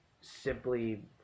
simply